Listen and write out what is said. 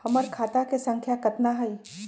हमर खाता के सांख्या कतना हई?